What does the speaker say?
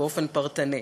באופן פרטני.